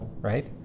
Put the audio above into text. right